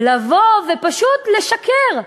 לבוא ופשוט לשקר.